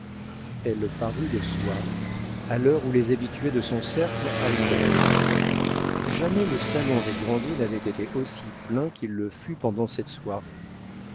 elle parut le soir à l'heure où les habitués de son cercle arrivèrent jamais le salon des grandet n'avait été aussi plein qu'il le fut pendant cette soirée